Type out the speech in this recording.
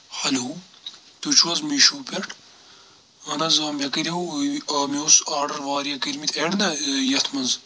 hello تُہۍ چھُو حظ میٖشو پؠٹھ اہن حظ آ مےٚ کٔرِو مےٚ اوس آرڈَر واریاہ کٔرۍ مٕتۍ ایڈ نا یَتھ منٛز